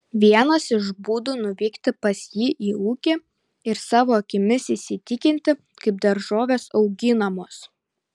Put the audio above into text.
vienas iš būdų nuvykti pas jį į ūkį ir savo akimis įsitikinti kaip daržovės auginamos